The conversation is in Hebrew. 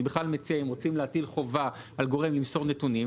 אני בכלל מציע אם רוצים להטיל חובה על גורם למסור נתונים,